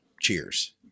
cheers